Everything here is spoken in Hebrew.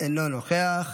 אינו נוכח.